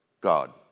God